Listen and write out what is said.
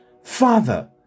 Father